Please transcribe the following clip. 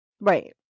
right